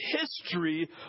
history